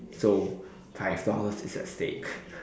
so five dollars is at stake